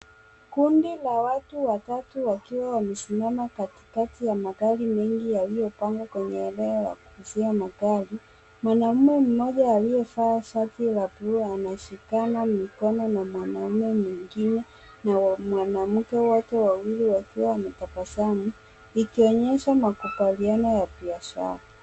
Kundi la watu watatu wakiwa wamesimama katikati ya magari mengi yaliyopangwa kwenye eneo la kuuzia magari. Mwanaume mmoja aliyevaa shati la blue anashikana mikono na mwanaume mwingine na mwanamke, wote wawili wakiwa wametabasamu, ikonyesha makubaliano ya biashara.